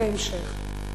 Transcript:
בהמשך.